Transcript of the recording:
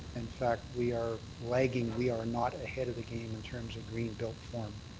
in fact we are lagging. we are not ahead of the game in terms of green built form.